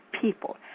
people